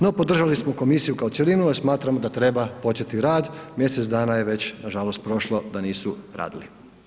No podržali smo Komisiju kao cjelinu jer smatramo da treba početi rad, mjesec dana je već nažalost prošlo da nisu radili.